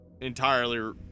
entirely